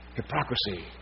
hypocrisy